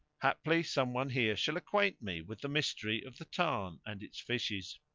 haply some one here shall acquaint me with the mystery of the tarn and its fishes.